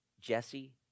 Jesse